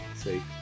see